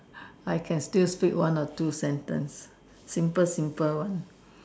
I can still speak one or two sentence simple simple one